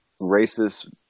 racist